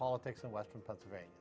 politics in western pennsylvania